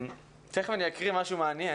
תכף אני אקריא משהו מעניין.